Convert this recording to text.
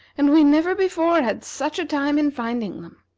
and we never before had such a time in finding them.